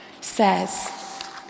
says